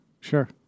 Sure